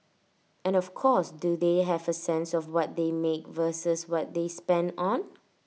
and of course do they have A sense of what they make versus what they spend on